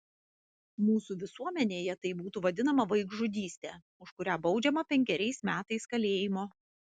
mūsų visuomenėje tai būtų vadinama vaikžudyste už kurią baudžiama penkeriais metais kalėjimo